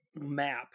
map